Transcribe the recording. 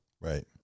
Right